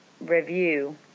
review